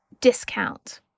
discount